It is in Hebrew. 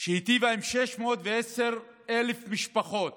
שהיטיבה עם 610,000 משפחות